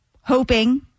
hoping